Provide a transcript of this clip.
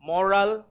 Moral